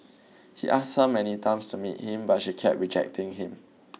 he asked her many times to meet him but she kept rejecting him